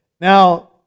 Now